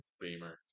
Beamer